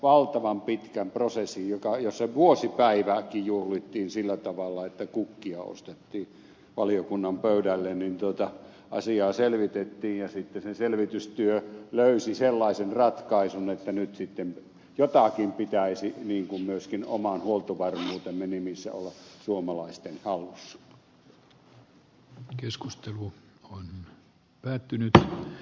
valtavan pitkässä prosessissa jossa vuosipäivääkin juhlittiin sillä tavalla että kukkia ostettiin valiokunnan pöydälle asiaa selvitettiin ja sitten se selvitystyö löysi sellaisen ratkaisun että nyt sitten jotakin pitäisi niin kuin myöskin oman huoltovarmuutemme nimissä olla suomalaisten hallussa